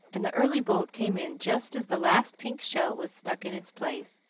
and the early boat came in just as the last pink shell was stuck in its place.